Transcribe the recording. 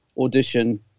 audition